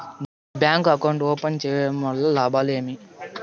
నేను bank account open సేయడం వల్ల లాభాలు ఏమేమి?